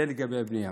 זה לגבי הבנייה.